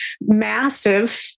massive